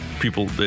People